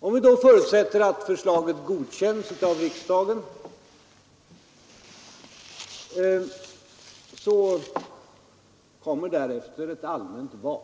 och låt oss förutsätta att förslaget godkänns av riksdagen. Därefter kommer ett allmänt val.